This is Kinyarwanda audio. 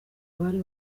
bari